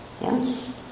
Yes